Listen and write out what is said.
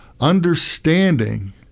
understanding